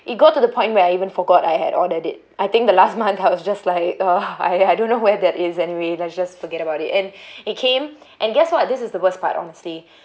it go to the point where I even forgot I had ordered it I think the last month I was just like uh I I don't know where that is anyway let's just forget about it and it came and guess what this is the worst part honestly